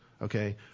Okay